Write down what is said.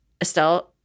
Estelle